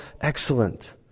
excellent